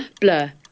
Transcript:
blur